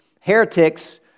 Heretics